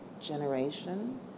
generation